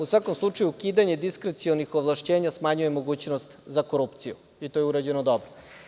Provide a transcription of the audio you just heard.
U svakom slučaju ukidanje diskrecionih ovlašćenja smanjuje mogućnost za korupciju, i to je urađeno dobro.